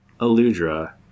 Aludra